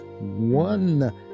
one